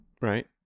Right